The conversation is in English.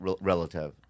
relative